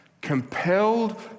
compelled